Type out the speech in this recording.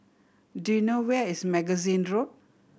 do you know where is Magazine Road